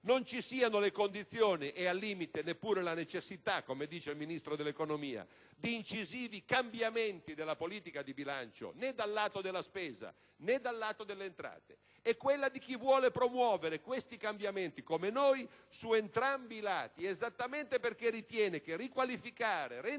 non ci siano le condizioni (e, al limite, neppure la necessità, come dice il Ministro dell'economia) di incisivi cambiamenti della politica di bilancio, né dal lato della spesa, né dal lato delle entrate, e quella di chi vuole promuovere questi cambiamenti - come noi - su entrambi i lati, esattamente perché ritiene che riqualificare, rendere più